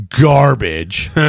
garbage